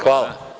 Hvala.